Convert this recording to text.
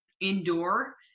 indoor